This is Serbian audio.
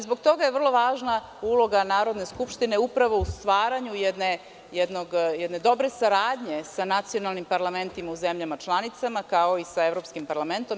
Zbog toga je vrlo važna uloga Narodne skupštine, upravo u stvaranju jedne dobre saradnje sa nacionalnim parlamentima u zemljama članicama, kao i sa evropskim parlamentom.